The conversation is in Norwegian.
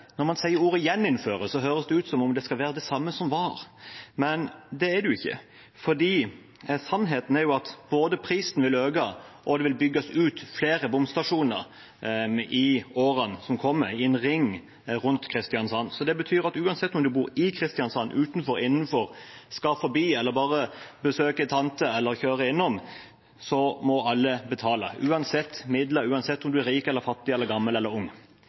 når man sier ordet «gjeninnføre», høres det ut som om det skal være det samme som var. Men det er det jo ikke. Sannheten er både at prisen vil øke, og at det vil bygges ut flere bomstasjoner i årene som kommer, i en ring rundt Kristiansand. Det betyr at alle – uansett om man bor i Kristiansand, utenfor, innenfor, skal forbi, bare skal besøke en tante eller kjøre innom – må betale, uansett midler, uansett om man er rik, fattig, gammel eller ung.